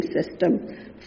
system